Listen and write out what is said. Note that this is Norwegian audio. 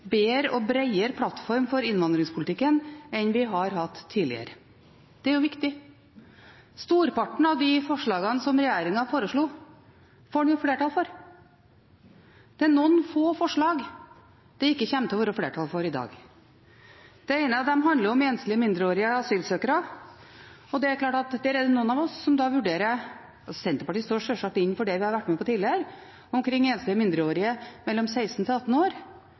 bedre og bredere plattform for innvandringspolitikken enn vi har hatt tidligere. Det er viktig. Storparten av de forslagene som regjeringen foreslo, får den flertall for. Det er noen få forslag det ikke kommer til å være flertall for i dag. Det ene av dem handler om enslige mindreårige asylsøkere. Der er det noen av oss som vurderer det slik – men Senterpartiet står sjølsagt inne for det vi har vært med på tidligere omkring enslige mindreårige mellom 16 og 18 år